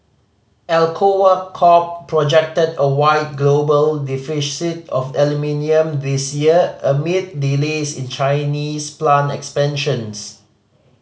Alcoa Corp projected a wide global of aluminium this year amid delays in Chinese plant expansions